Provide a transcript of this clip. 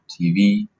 TV